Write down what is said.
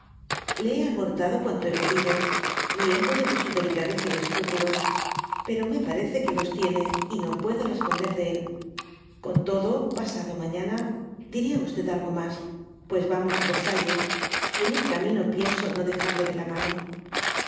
le hé dft ototado cuanto hé podido riéndome de su delicadeza y escrúpulos pero me parece que los tiene y no puedo responder de é con todo pasado mañana diré á algo mas pues vamos á versalles y en el camino pienso no dejarle de la mano